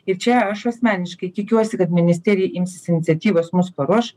ir čia aš asmeniškai tikiuosi kad ministerija imsis iniciatyvos mus paruoš